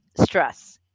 stress